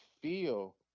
feel